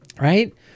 Right